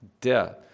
Death